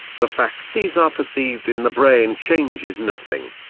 the fact these are perceived in the brain changes nothing.